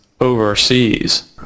overseas